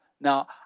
Now